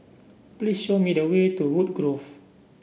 please show me the way to Woodgrove